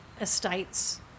estates